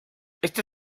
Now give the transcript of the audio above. este